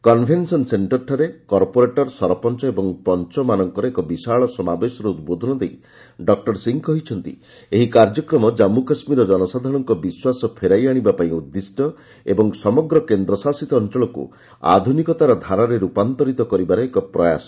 convention ସେକ୍ଷରଠାରେ corporator sarpanch ଓ ପଞ୍ଚମାନଙ୍କର ଏକ ବିଶାଳ ସମାବେଶରେ ଉଦ୍ବୋଧନ ଦେଇ ଡକ୍ଟର ସିଂହ କହିଛନ୍ତି ଏହି କାର୍ଯ୍ୟକ୍ରମ ଜନ୍ମୁ କାଶ୍ମୀରର ଜନସାଧାରଣଙ୍କ ବିଶ୍ୱାସ ଫେରାଇ ଆଶିବାପାଇଁ ଉଦ୍ଦିଷ୍ଟ ଏବଂ ସମଗ୍ର କେନ୍ଦ୍ରଶାସିତ ଅଞ୍ଚଳକୁ ଆଧୁନିକତାର ଧାରାରେ ରୂପାନ୍ତରିତ କରିବାର ଏକ ପ୍ରୟାସ